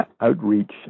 outreach